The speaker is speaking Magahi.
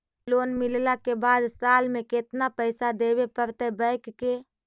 लोन मिलला के बाद साल में केतना पैसा देबे पड़तै बैक के?